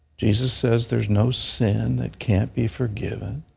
jesus says there is no sin that can't be forgiven.